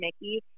mickey